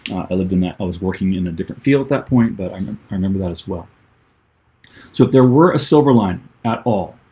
i lived in that i was working in a different feel at that point that but i mean, i remember that as well so there were a silver line at all